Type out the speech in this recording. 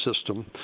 system